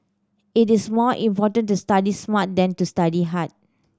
it is more important to study smart than to study hard